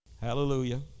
Hallelujah